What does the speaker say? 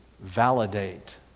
validate